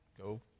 go